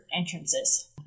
entrances